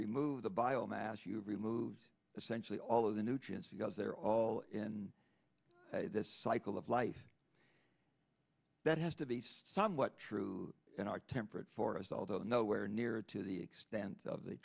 remove the biomass you remove essentially all of the nutrients you guys they're all in this cycle of life that has to be somewhat true in our temperate forest although nowhere near to the extent of the